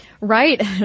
Right